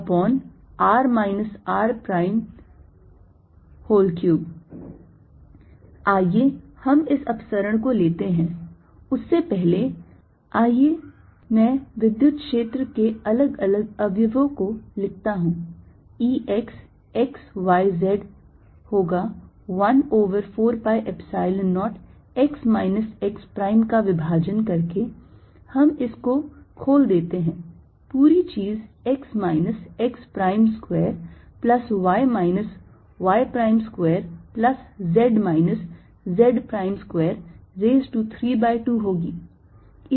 Exyz14π0qr rr r3 आइए हम इस अपसरण को लेते हैं उससे पहले आइए मैं विद्युत क्षेत्र के अलग अलग अवयवों को लिखता हूं E x x y z होगा 1 over 4 pi Epsilon 0 x minus x prime का विभाजन करके हम इस को खोल देते है पूरी चीज़ x minus x prime square plus y minus y prime square plus z minus z prime square raise to 3 by 2 होगी